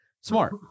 Smart